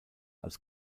als